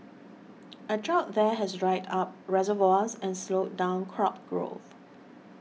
a drought there has dried up reservoirs and slowed down crop growth